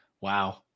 Wow